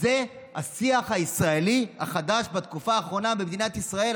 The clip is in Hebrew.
זה השיח הישראלי החדש בתקופה האחרונה במדינת ישראל,